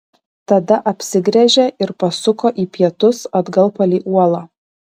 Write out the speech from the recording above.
tada apsigręžė ir pasuko į pietus atgal palei uolą